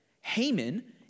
Haman